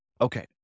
Okay